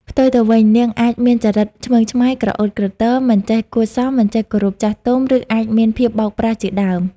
ផ្ទុយទៅវិញ នាងអាចមានចរិតឆ្មើងឆ្មៃ ក្រអឺតក្រទម មិនចេះគួរសម មិនចេះគោរពចាស់ទុំ ឬអាចមានភាពបោកប្រាស់ជាដើម។